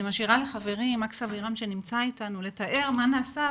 אני משאירה לחברי מקס אבירם שנמצא איתנו לתאר מה נעשה,